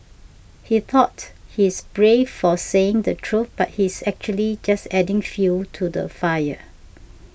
he thought he's brave for saying the truth but he's actually just adding fuel to the fire